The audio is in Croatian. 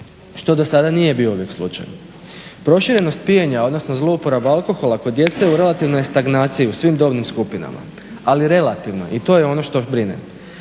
što do sada nije bio ovdje slučaj. Proširenost pijenja, odnosno zlouporaba alkohola kod djece u relativnoj je stagnaciji u svim dobnim skupinama, ali relativno i to je ono što brine.